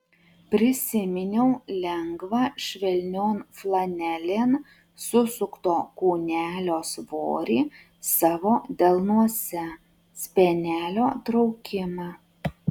prisiminiau lengvą švelnion flanelėn susukto kūnelio svorį savo delnuose spenelio traukimą